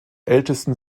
ältesten